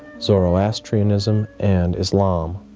zoroastrianism, and islam.